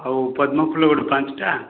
ଆଉ ପଦ୍ମ ଫୁଲ ଗୋଟେ ପାଞ୍ଚଟା